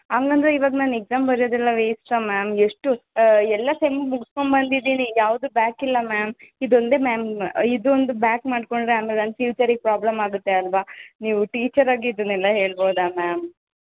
ಹಂಗಂದ್ರೆ ಇವಾಗ ನಾನು ಎಕ್ಸಾಮ್ ಬರೆಯೋದೆಲ್ಲ ವೇಸ್ಟಾ ಮ್ಯಾಮ್ ಎಷ್ಟು ಎಲ್ಲ ಸೆಮ್ಮು ಮುಗ್ಸ್ಕೊಂಬಂದಿದ್ದೀನಿ ಯಾವುದೂ ಬ್ಯಾಕ್ ಇಲ್ಲ ಮ್ಯಾಮ್ ಇದೊಂದೇ ಮ್ಯಾಮ್ ಇದೊಂದು ಬ್ಯಾಕ್ ಮಾಡಿಕೊಂಡ್ರೆ ಆಮೇಲೆ ನನ್ನ ಫ್ಯೂಚರಿಗೆ ಪ್ರಾಬ್ಲಮ್ ಆಗುತ್ತೆ ಅಲ್ವಾ ನೀವು ಟೀಚರಾಗಿ ಇದನ್ನೆಲ್ಲ ಹೇಳ್ಬೌದಾ ಮ್ಯಾಮ್